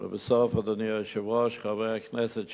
ובסוף, אדוני היושב-ראש, חבר הכנסת שאל,